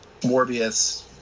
Morbius